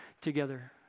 together